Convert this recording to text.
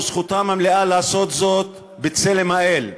וזכותם המלאה לעשות זאת בצלם האל?